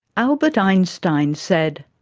albert einstein said,